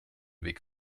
weg